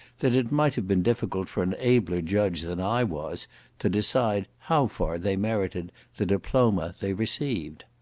that it might have been difficult for an abler judge than i was to decide how far they merited the diploma they received.